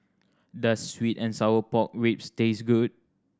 does sweet and sour pork ribs taste good